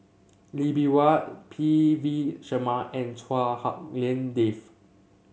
Lee Bee Wah P V Sharma and Chua Hak Lien Dave